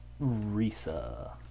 Risa